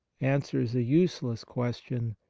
answers a useless question,